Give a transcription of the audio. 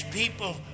people